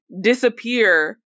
disappear